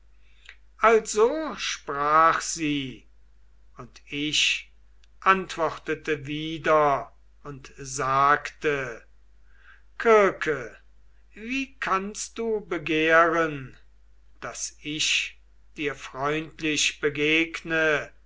also sprach sie und ich antwortete wieder und sagte kirke wie kannst du begehren daß ich dir freundlich begegne